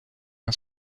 una